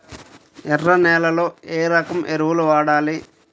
ఎర్ర నేలలో ఏ రకం ఎరువులు వాడాలి?